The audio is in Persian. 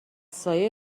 سایه